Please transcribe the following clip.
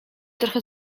trochę